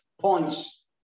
points